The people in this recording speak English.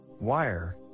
Wire